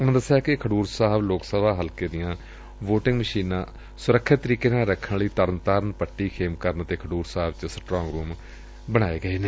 ਉਨਾਂ ਦਸਿਆ ਕਿ ਖਡੁਰ ਸਾਹਿਬ ਲੋਕ ਸਭਾ ਹਲਕੇ ਦੀਆਂ ਵੋਟਿੰਗ ਮਸ਼ੀਨਾਂ ਸੁਰਖਿਅਤ ਤਰੀਕੇ ਨਾਲ ਰੱਖਣ ਲਈ ਤਰਨਤਾਰਨ ਪੱਟੀ ਖੇਮਕਰਨ ਅਤੇ ਖਡੂਰ ਸਾਹਿਬ ਚ ਸਟਰਾਗ ਰੁਮ ਬਣਾਏ ਗਏ ਨੇ